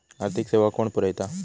आर्थिक सेवा कोण पुरयता?